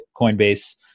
Coinbase